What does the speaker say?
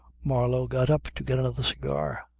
marlow got up to get another cigar.